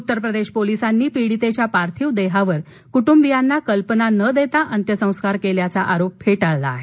उत्तरप्रदेश पोलसांनी पीडीतेच्या पार्थिव देहावर कुटुंबीयांना कल्पनान देता अंत्यसंस्कार केल्याचा आरोप फेटाळला आहे